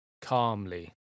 calmly